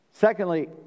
Secondly